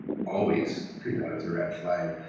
always treat that as a red flag.